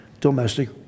domestic